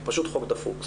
זה פשוט חוק דפוק,